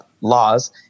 laws